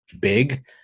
big